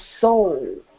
soul